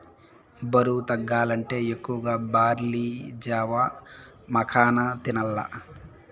బరువు తగ్గాలంటే ఎక్కువగా బార్లీ జావ, మకాన తినాల్ల